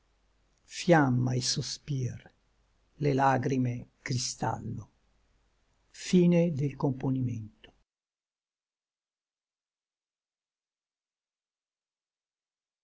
fiamma i sospir le lagrime cristallo ove